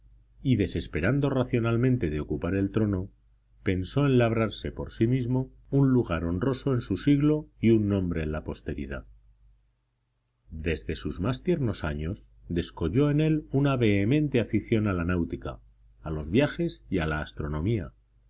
y desesperando racionalmente de ocupar el trono pensó en labrarse por sí mismo un lugar honroso en su siglo y un nombre en la posteridad desde sus más tiernos años descolló en él una vehemente afición a la náutica a los viajes y a la astronomía